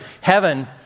Heaven